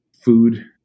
food